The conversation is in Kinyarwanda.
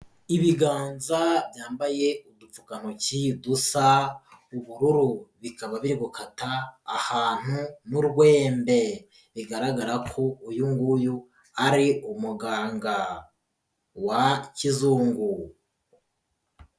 Ibiganza byambaye udupfukantoki dusa ubururu, bikaba biri gukata ahantu n'urwembe, bigaragara ko uyu nguyu ari umuganga wa kizungu.